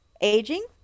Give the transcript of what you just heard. Aging